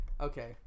okay